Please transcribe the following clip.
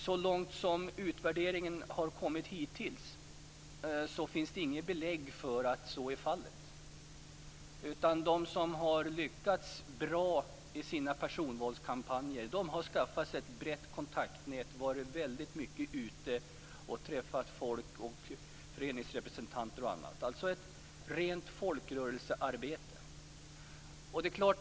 Så långt som utvärderingen hittills har kommit visar den att det inte finns något belägg för att så är fallet. De som har lyckats bra i sina personvalskampanjer har skaffat sig ett brett kontaktnät och varit mycket ute och träffat folk, föreningsrepresentanter och andra. Det har alltså varit ett rent folkrörelsearbete.